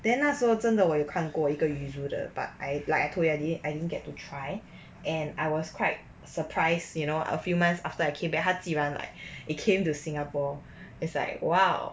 then 那时候真的我有看过一个 yuzu 的 but I like I told you like I didn't get to try and I was quite surprised you know a few months after I came back 他既然 like it came to singapore is like !whoa!